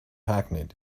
hackneyed